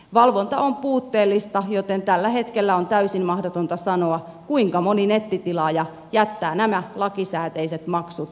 valvonta on puutteellista joten tällä hetkellä on täysin mahdotonta sanoa kuinka moni nettitilaaja jättää nämä lakisääteiset maksut maksamatta